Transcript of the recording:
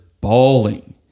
bawling